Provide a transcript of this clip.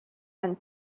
and